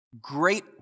Great